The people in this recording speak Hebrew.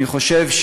אני חושב,